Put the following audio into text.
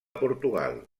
portugal